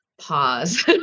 pause